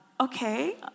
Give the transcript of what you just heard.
okay